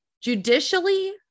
judicially